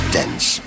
dense